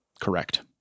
correct